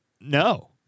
No